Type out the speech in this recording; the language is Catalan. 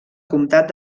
comtat